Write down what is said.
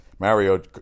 Mario